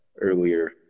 earlier